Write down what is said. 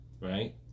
Right